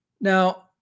Now